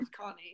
Connie